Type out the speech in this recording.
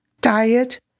diet